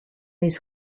his